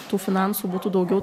tų finansų būtų daugiau